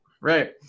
Right